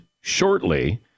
shortly